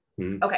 Okay